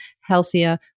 healthier